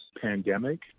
pandemic